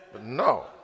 No